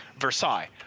Versailles